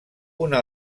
una